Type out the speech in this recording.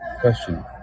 Question